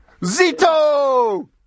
Zito